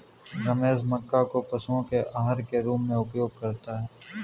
रमेश मक्के को पशुओं के आहार के रूप में उपयोग करता है